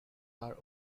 are